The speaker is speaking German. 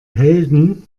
helden